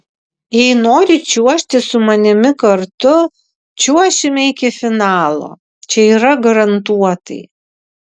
jei nori čiuožti su manimi kartu čiuošime iki finalo čia yra garantuotai